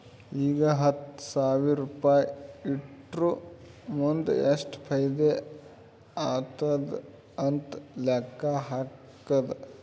ಈಗ ಹತ್ತ್ ಸಾವಿರ್ ರುಪಾಯಿ ಇಟ್ಟುರ್ ಮುಂದ್ ಎಷ್ಟ ಫೈದಾ ಆತ್ತುದ್ ಅಂತ್ ಲೆಕ್ಕಾ ಹಾಕ್ಕಾದ್